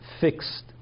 fixed